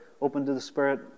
open-to-the-spirit